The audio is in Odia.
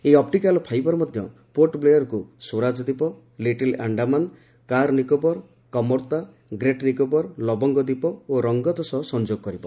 ଏହି ଅପ୍ରିକାଲ୍ ଫାଇବର ମଧ୍ୟ ପୋର୍ଟ୍ ବ୍ଲେୟର୍କୁ ସ୍ୱରାଜ ଦ୍ୱୀପ ଲିଟିଲ୍ ଆଣ୍ଡାମାନ୍ କାର୍ ନିକୋବର କମୋର୍ତ୍ତା ଗ୍ରେଟ୍ ନିକୋବର ଲବଙ୍ଗ ଦ୍ୱୀପ ଓ ରଙ୍ଗତ୍ ସହ ସଂଯୋଗ କରିବ